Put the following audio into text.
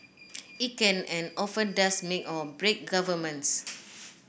it can and often does make or break governments